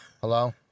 Hello